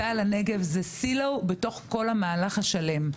צה"ל לנגב זה silo בתוך כל המהלך השלם.